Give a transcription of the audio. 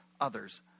others